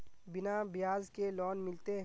बिना ब्याज के लोन मिलते?